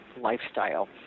lifestyle